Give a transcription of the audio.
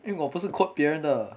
因为我不是 quote 别人的